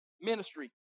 ministry